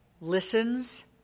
listens